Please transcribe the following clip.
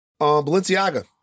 Balenciaga